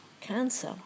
cancer